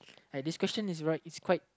like this question is right it's quite